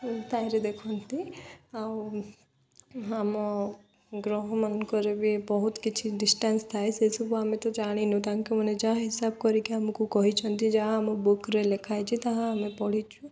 ତାହିଁରେ ଦେଖନ୍ତି ଆଉ ଆମ ଗ୍ରହ ମାନଙ୍କରେ ବି ବହୁତ କିଛି ଡିଷ୍ଟାନ୍ସ ଥାଏ ସେସବୁ ଆମେ ତ ଜାଣିନୁ ତାଙ୍କ ମାନେ ଯାହା ହିସାବ କରିକି ଆମକୁ କହିଛନ୍ତି ଯାହା ଆମ ବୁକ୍ରେ ଲେଖା ହେଇଛି ତାହା ଆମେ ପଢ଼ିଛୁ